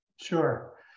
Sure